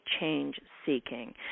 change-seeking